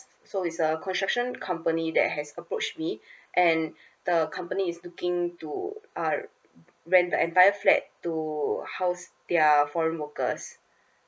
so is a construction company that has approach me and the company is looking to uh rent the entire flat to house their foreign workers